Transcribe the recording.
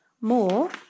more